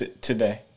Today